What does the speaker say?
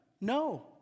No